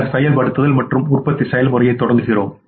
பின்னர் செயல்படுத்துதல் மற்றும் உற்பத்தி செயல்முறையை தொடங்குகிறோம்